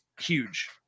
huge